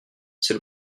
c’est